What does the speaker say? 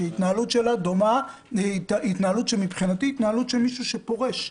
שההתנהלות שלה דומה להתנהלות שמבחינתי היא התנהלות של מישהו שפורש.